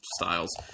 styles